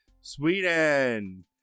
Sweden